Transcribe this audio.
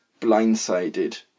blindsided